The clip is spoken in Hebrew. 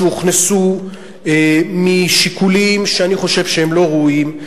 שהוכנסו משיקולים שאני חושב שהם לא ראויים,